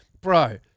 bro